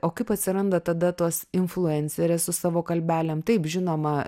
o kaip atsiranda tada tos influencerės su savo kalbelėm taip žinoma